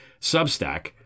Substack